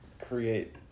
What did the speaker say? create